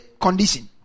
condition